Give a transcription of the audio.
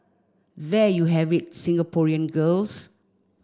there you have it Singaporean girls